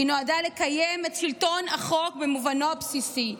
היא נועדה לקיים את שלטון החוק במובנו הבסיסי,